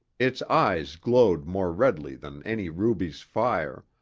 its eyes glowed more redly than any ruby's fire,